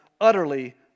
utterly